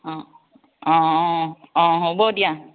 অঁ অঁ অঁ অঁ হ'ব দিয়া